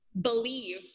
believe